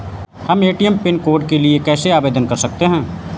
हम ATM PIN code के लिए कैसे आवेदन कर सकते हैं?